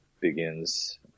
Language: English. begins